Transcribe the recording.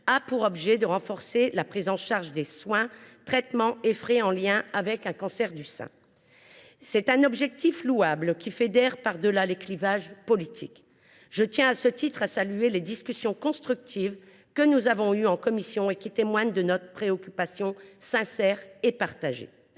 a pour objet de renforcer la prise en charge des soins, des traitements et des frais liés à un cancer du sein. C’est un objectif louable, qui fédère par delà les clivages politiques. Je tiens à cet égard à saluer les discussions constructives que nous avons eues en commission et qui témoignent de notre préoccupation sincère et partagée.